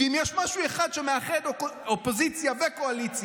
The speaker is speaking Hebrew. ואם יש משהו אחד שמאחד אופוזיציה וקואליציה,